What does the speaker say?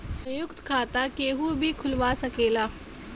संयुक्त खाता केहू भी खुलवा सकेला